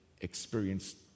experienced